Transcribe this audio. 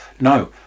no